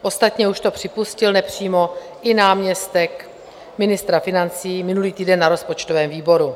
Ostatně už to připustil nepřímo i náměstek ministra financí minulý týden na rozpočtovém výboru.